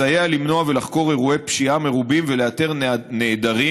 מסייע למנוע ולחקור אירועי פשיעה מרובים ולאתר נעדרים,